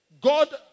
God